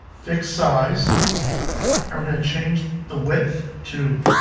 fixed size and we're going to change the width to